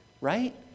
right